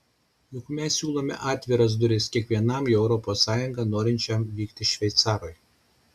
juk mes siūlome atviras duris kiekvienam į europos sąjungą norinčiam vykti šveicarui